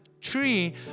tree